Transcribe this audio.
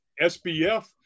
SBF